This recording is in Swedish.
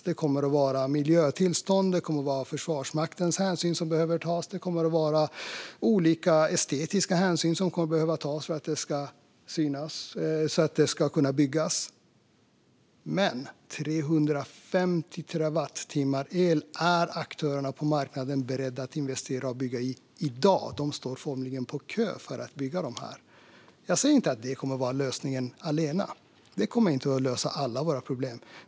Det kommer att handla om miljötillstånd, hänsyn till Försvarsmakten och olika estetiska hänsyn som ska tas innan det kan byggas. Men 350 terawattimmar el är aktörerna på marknaden beredda att investera i och att bygga i dag, och de står formligen på kö för att bygga. Jag säger inte att detta kommer att vara lösningen allena. Det här kommer inte att lösa alla våra problem.